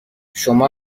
شما